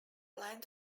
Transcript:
land